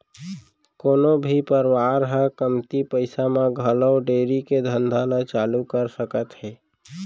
कोनो भी परवार ह कमती पइसा म घलौ डेयरी के धंधा ल चालू कर सकत हे